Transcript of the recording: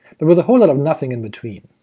but with a whole lot of nothing in between,